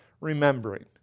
remembering